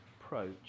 approach